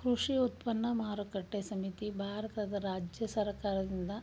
ಕೃಷಿ ಉತ್ಪನ್ನ ಮಾರುಕಟ್ಟೆ ಸಮಿತಿ ಭಾರತದ ರಾಜ್ಯ ಸರ್ಕಾರ್ದಿಂದ